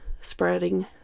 spreading